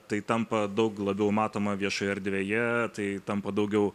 tai tampa daug labiau matoma viešoje erdvėje tai tampa daugiau